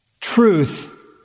truth